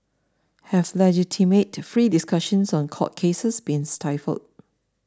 have legitimate free discussions on court cases been stifled